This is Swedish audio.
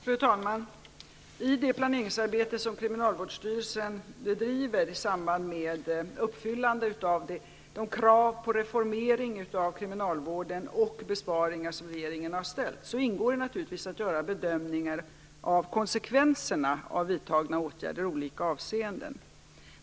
Fru talman! I det planeringsarbete som Kriminalvårdsstyrelsen bedriver i samband med uppfyllandet av de krav på reformering av kriminalvården och de krav på besparingar som regeringen har ställt ingår det naturligtvis att göra bedömningar av konsekvenserna av vidtagna åtgärder i olika avseenden.